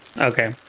okay